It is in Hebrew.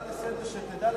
הערה לסדר: שתדע,